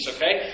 Okay